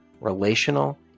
relational